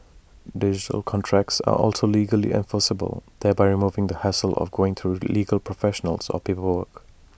digital contracts are also legally enforceable thereby removing the hassle of going through legal professionals or paperwork